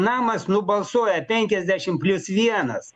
namas nubalsuoja penkiasdešim plius vienas